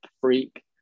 freak